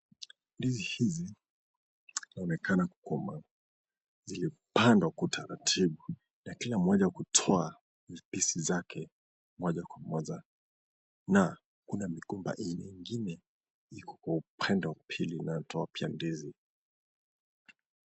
Ndizi hizi zinaonekana kukomaa zilipandwa kwa utaratinu na kila mmoja kutoa vipisi zake moja kwa moja na kuna migomba aina nyengine iko kwa upande wa pili inayotoa pia ndizi.